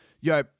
Yo